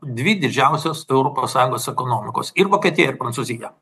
dvi didžiausios europos sąjungos ekonomikos ir vokietija ir prancūzija